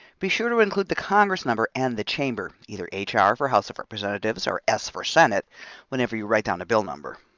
be sure to include the congress number and the chamber, either h r. for house of representatives, or s. for senate whenever you write down a bill number.